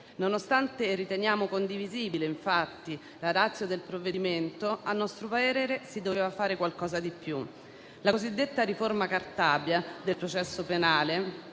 Nonostante riteniamo condivisibile, infatti, la *ratio* del provvedimento, a nostro parere si doveva fare qualcosa di più. La cosiddetta riforma Cartabia del processo penale,